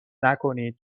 نکنید